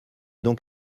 donc